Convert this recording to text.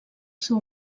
seu